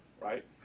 right